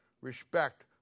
Respect